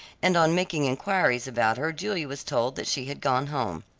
and on making enquiries about her julia was told that she had gone home.